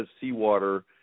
seawater